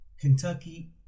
Kentucky